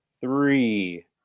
three